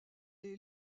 est